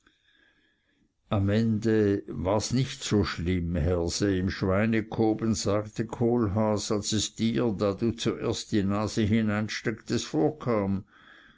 am ende war's nicht so schlimm herse im schweinekoben sagte kohlhaas als es dir da du zuerst die nase hineinstecktest vorkam